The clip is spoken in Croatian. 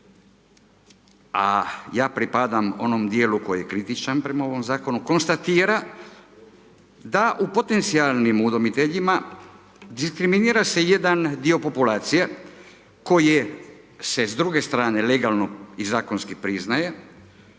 a ja pripadam onom dijelu koji je kritičan prema ovom zakonu, konstatira da u potencijalnim udomiteljima diskriminira se jedan dio populacije koji se s druge strane legalno i zakonski priznaje